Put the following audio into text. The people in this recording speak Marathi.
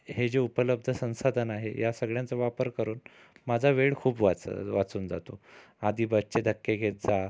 हे जे उपलब्ध संसाधन आहे या सगळ्यांचा वापर करून माझा वेळ खूप वाच वाचून जातो आधी बसचे धक्के घेत जा